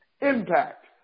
impact